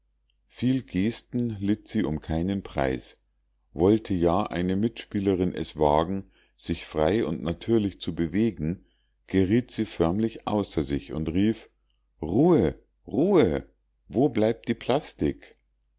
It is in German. viel gesten litt sie um keinen preis wollte ja eine mitspielende es wagen sich frei und natürlich zu bewegen geriet sie förmlich außer sich und rief ruhe ruhe wo bleibt die plastik